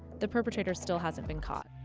the perpetrators still hasn't been caught.